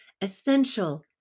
essential